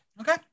Okay